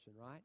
right